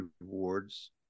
rewards